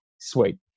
Sweet